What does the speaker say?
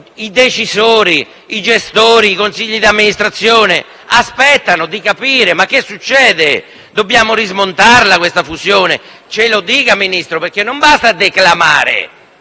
i decisori, i gestori e i consigli di amministrazione aspettano di capire che cosa succede. Dobbiamo rismontare questa fusione? Ce lo dica, Ministro, perché non basta declamare,